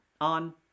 on